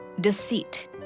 deceit